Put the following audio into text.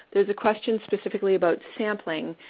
there's a question specifically about sampling.